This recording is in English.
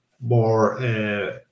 more